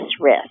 risk